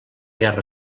guerra